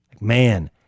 Man